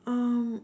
um